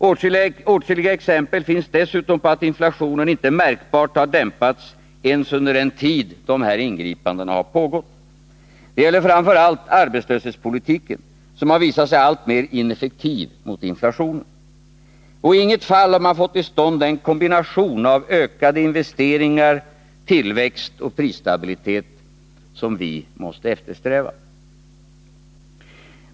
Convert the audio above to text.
Åtskilliga exempel finns dessutom på att inflationen inte märkbart dämpats ens under den tid dessa ingripanden pågått. Det gäller framför allt arbetslöshetspolitiken, som har visat sig alltmer ineffektiv mot inflationen. Och i inget fall har man fått till stånd den kombination av ökade investeringar, tillväxt och prisstabilitet som vi måste eftersträva.